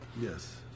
Yes